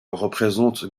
représente